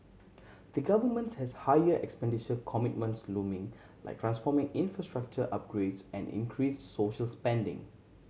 the governments has higher expenditure commitments looming like transformate infrastructure upgrades and increase social spending